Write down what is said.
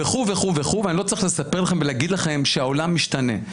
אני לא צריך לספר לכם ולהגיד לכם שהעולם משתנה.